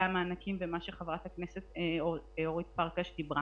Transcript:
המענקים ומה שחברת הכנסת אורית פרקש דיברה: